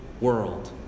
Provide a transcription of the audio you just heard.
world